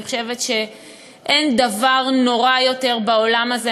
אני חושבת שאין דבר נורא יותר בעולם הזה